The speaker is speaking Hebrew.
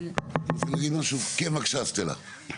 כן, בבקשה, סטלה.